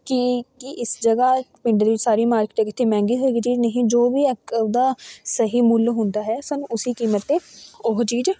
ਕਿ ਕਿ ਇਸ ਜਗ੍ਹਾ ਪਿੰਡ ਦੀ ਸਾਰੀ ਮਾਰਕਿਟ ਇੱਥੇ ਮਹਿੰਗੀ ਹੋਏਗੀ ਚੀਜ਼ ਨਹੀਂ ਜੋ ਵੀ ਉਹਦਾ ਸਹੀ ਮੁੱਲ ਹੁੰਦਾ ਹੈ ਸਾਨੂੰ ਉਸੀ ਕੀਮਤ 'ਤੇ ਉਹ ਚੀਜ਼